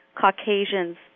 Caucasians